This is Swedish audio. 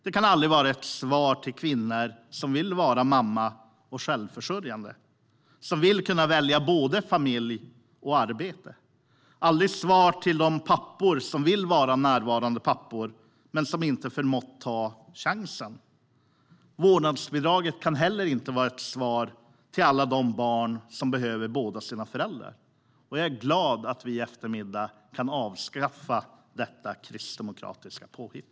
Det kan aldrig vara ett svar till kvinnor som vill vara mammor och självförsörjande, som vill kunna välja både familj och arbete. Vårdnadsbidraget kan aldrig bli svaret till de pappor som vill vara närvarande, men som inte har förmått ta chansen. Vårdnadsbidraget kan inte heller vara ett svar till alla de barn som behöver båda sina föräldrar. Jag är glad att vi i eftermiddag kan avskaffa detta kristdemokratiska påhitt.